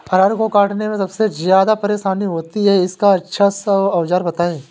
अरहर को काटने में सबसे ज्यादा परेशानी होती है इसका अच्छा सा औजार बताएं?